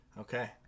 Okay